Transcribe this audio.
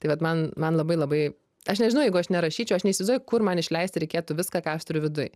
tai vat man man labai labai aš nežinau jeigu aš nerašyčiau aš neįsivaizduoju kur man išleisti reikėtų viską ką aš turiu viduj